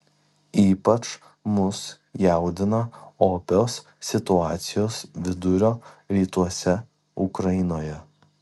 ypač mus jaudina opios situacijos vidurio rytuose ukrainoje